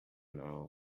know